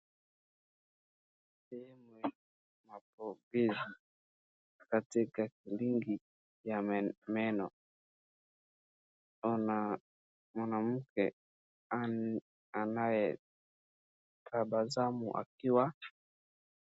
Sehemu ya mapokezi katika kilingi ya meno. Unaona mwanamke anayetabasamu akiwa.